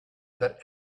that